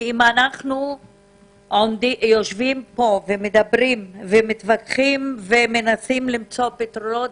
אם אנחנו יושבים פה ומתווכחים ומנסים למצוא פתרונות,